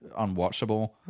unwatchable